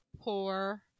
Poor